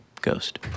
ghost